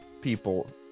people